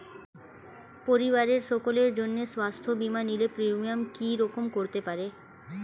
পরিবারের সকলের জন্য স্বাস্থ্য বীমা নিলে প্রিমিয়াম কি রকম করতে পারে?